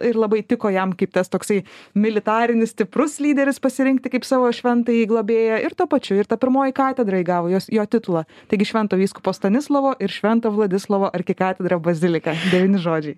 ir labai tiko jam kaip tas toksai militarinis stiprus lyderis pasirinkti kaip savo šventąjį globėją ir tuo pačiu ir ta pirmoji katedra įgavo jos jo titulą taigi švento vyskupo stanislovo ir švento vladislovo arkikatedra bazilika devyni žodžiai